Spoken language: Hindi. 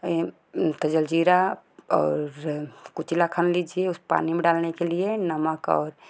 जलजीरा और कुचला खन लिजिए उस पानी में डालने के लिए नमक और